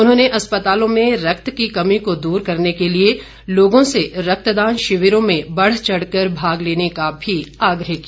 उन्होंने अस्पतालों में रक्त की कमी को दूर करने के लिए लोगों से रक्तदान शिविरों में बढ़चढ़ कर भाग लेने का भी आग्रह किया